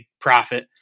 profit